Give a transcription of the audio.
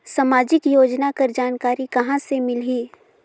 समाजिक योजना कर जानकारी कहाँ से मिलही?